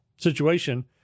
situation